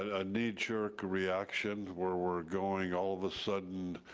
a knee-jerk reaction where we're going all of a sudden,